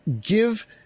give